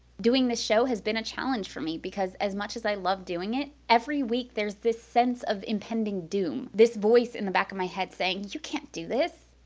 doing the show has been a challenge for me, because as much as i love doing it, every week there's this sense of impending doom. this voice in the back of my head, saying, you can't do this.